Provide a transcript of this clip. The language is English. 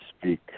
speak